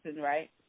right